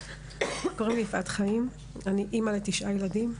קוראים לי יפעת חיים אני אמא לתשעה ילדים,